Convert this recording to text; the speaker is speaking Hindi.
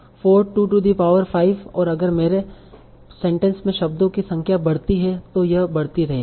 4 टू द पावर 5 और अगर मेरे सेंटेंस में शब्दों की संख्या बढ़ती है तो यह बढ़ती रहेगी